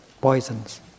poisons